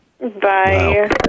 bye